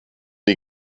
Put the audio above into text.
die